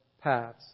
paths